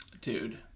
dude